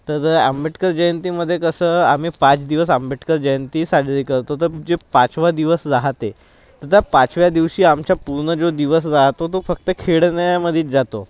तर आंबेडकर जयंतीमध्ये कसं आम्ही पाच दिवस आंबेडकर जयंती साजरी करतो तर जे पाचवा दिवस राहाते त्या पाचव्या दिवशी आमचा पूर्ण दिवस जो राहतो तो फक्त खेळण्यामध्येच जातो